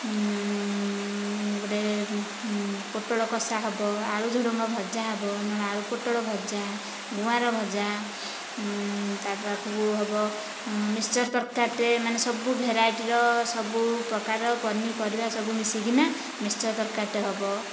ଗୋଟେ ପୋଟଳ କଷା ହେବ ଆଳୁ ଝୁଡଙ୍ଗ ଭଜା ହେବ ନହେଲେ ଆଳୁ ପୋଟଳ ଭଜା ଗୁଁଆର ଭଜା ତା ପାଖକୁ ହେବ ମିକ୍ସ ତରକାରୀ ଟେ ମାନେ ସବୁ ଭେରାଇଟି ର ସବୁ ପ୍ରକାରର ପନିପରିବା ସବୁ ମିଶିକି ନା ମିକ୍ସ ତରକାରୀ ଟେ ହେବ